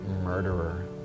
murderer